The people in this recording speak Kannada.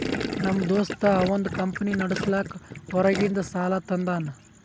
ನಮ್ ದೋಸ್ತ ಅವಂದ್ ಕಂಪನಿ ನಡುಸ್ಲಾಕ್ ಹೊರಗಿಂದ್ ಸಾಲಾ ತಂದಾನ್